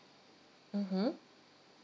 mmhmm